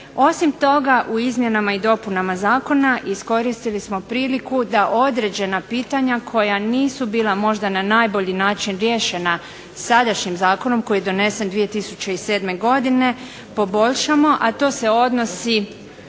Osim toga u izmjenama i dopunama zakona iskoristili smo priliku da određena pitanja koja nisu bila možda na najbolji način riješena sadašnjim zakonom koji je donesen 2007. godine poboljšamo, a to se odnosi